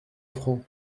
francs